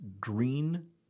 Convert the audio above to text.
green